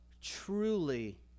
truly